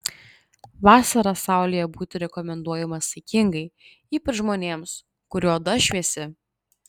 vasarą saulėje būti rekomenduojama saikingai ypač žmonėms kurių oda šviesi